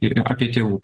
ir apie tėvų